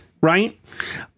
Right